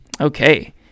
Okay